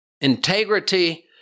integrity